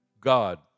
God